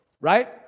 Right